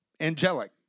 angelic